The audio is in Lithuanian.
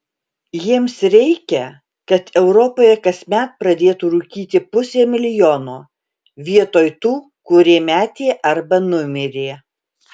jiems reikia kad europoje kasmet pradėtų rūkyti pusė milijono vietoj tų kurie metė arba numirė